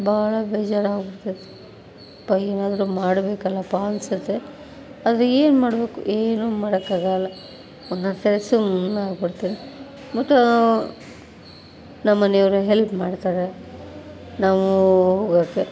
ಭಾಳ ಬೇಜಾರಾಗ್ತದೆ ಅಪ್ಪ ಏನಾದರೂ ಮಾಡಬೇಕಲ್ಲಪ್ಪಾ ಅನಿಸುತ್ತೆ ಆದರೆ ಏನು ಮಾಡಬೇಕು ಏನು ಮಾಡೋಕ್ಕಾಗಲ್ಲ ಒಂದೊಂದು ಸರಿ ಸುಮ್ಮನಾಗ್ಬಿಡ್ತೀನಿ ಮತ್ತು ನಮ್ಮಮನೆಯವ್ರು ಹೆಲ್ಪ್ ಮಾಡ್ತಾರೆ ನಾವು ಹೋಗೋಕೆ